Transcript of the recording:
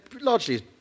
largely